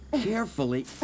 carefully